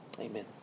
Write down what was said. Amen